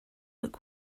look